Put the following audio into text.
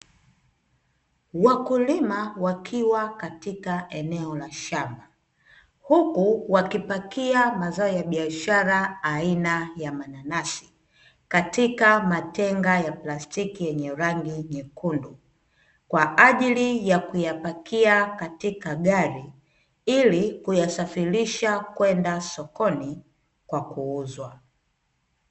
Wakulima wakiwa katika eneo la shamba, huku wakipakia mazao ya biashara aina ya mananasi katika matenga ya plastiki yenye rangi nyekundu kwa ajili ya kuyapakia katika gari, ili kuyasafirisha kwenda sokoni kwa kuuzwa.